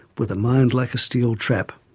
with a mind like a steel trap.